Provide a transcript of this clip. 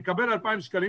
הוא מקבל 2,000 שקלים.